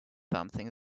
something